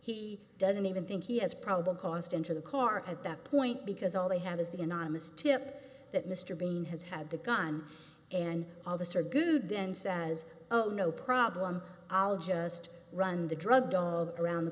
he doesn't even think he has probable cause to enter the car at that point because all they have is the anonymous tip that mr bean has had the gun and all of us are good then says oh no problem i'll just run the drug dog around the